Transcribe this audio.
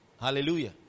Hallelujah